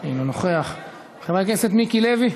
אינו נוכח, חבר הכנסת מיקי לוי,